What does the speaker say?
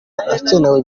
hakenewe